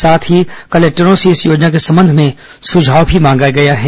साथ ही कलेक्टरों से इस योजना के संबंध में सुझाव भी मांगा गया है